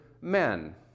men